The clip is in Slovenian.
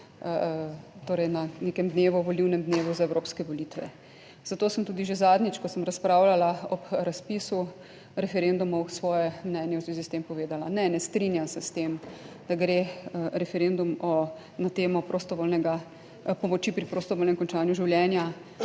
torej na nekem dnevu, volilnem dnevu za evropske volitve. Zato sem tudi že zadnjič, ko sem razpravljala ob razpisu referendumov svoje mnenje v zvezi s tem povedala. Ne, ne strinjam se s tem, da gre referendum na temo prostovoljne pomoči pri prostovoljnem končanju življenja